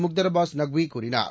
Mukhtar Abbas நக்விகூறினார்